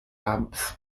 amps